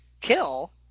kill